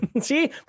See